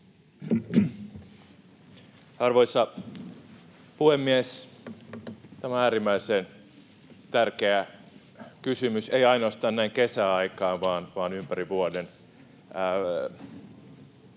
Arvoisa puhemies! Tämä on äärimmäisen tärkeä kysymys, ei ainoastaan näin kesäaikaan vaan ympäri vuoden.